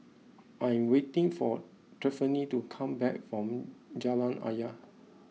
I am waiting for Tiffany to come back from Jalan Ayer